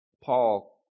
Paul